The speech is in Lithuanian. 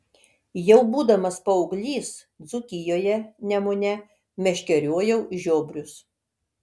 jau būdamas paauglys dzūkijoje nemune meškeriojau žiobrius